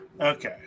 okay